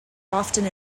often